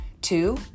Two